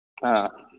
ꯑꯥ